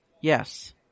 yes